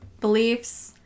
beliefs